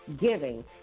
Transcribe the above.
giving